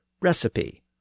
recipe